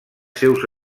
seus